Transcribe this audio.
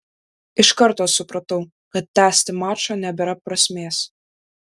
iš karto supratau kad tęsti mačo nebėra prasmės